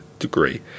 degree